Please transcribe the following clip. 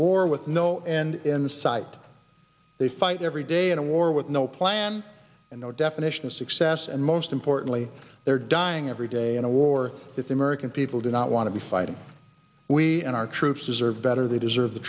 war with no end in sight they fight every day in a war with no plan and no definition of success and most importantly they are dying every day in a war that the american people do not want to be fighting we and our troops deserve better they deserve the